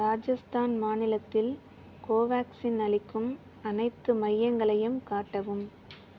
ராஜஸ்தான் மாநிலத்தில் கோவேக்சின் அளிக்கும் அனைத்து மையங்களையும் காட்டவும்